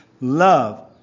love